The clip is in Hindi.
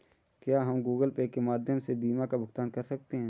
क्या हम गूगल पे के माध्यम से बीमा का भुगतान कर सकते हैं?